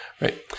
Right